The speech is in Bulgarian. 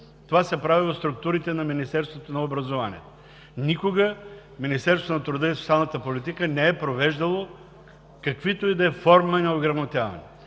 Това се прави от структурите на Министерството на образованието и науката. Никога Министерството на труда и социалната политика не е провеждало каквито и да са форми на ограмотяване!